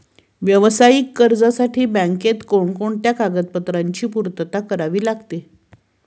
व्यावसायिक कर्जासाठी बँकेत कोणकोणत्या कागदपत्रांची पूर्तता करावी लागते?